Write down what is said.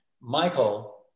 Michael